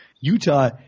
Utah